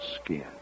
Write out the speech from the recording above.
skin